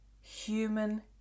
human